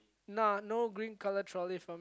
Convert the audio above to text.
nah no green colour trolley for me